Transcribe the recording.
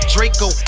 Draco